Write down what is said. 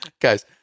guys